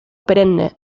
perenne